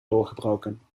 doorgebroken